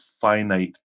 finite